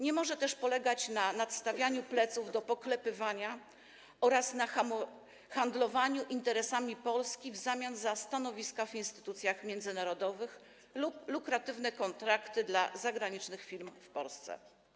Nie może też polegać na nadstawianiu pleców do poklepywania oraz na handlowaniu interesami Polski w zamian za stanowiska w instytucjach międzynarodowych lub lukratywne kontrakty dla zagranicznych firm w Polsce.